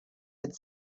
had